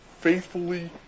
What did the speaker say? faithfully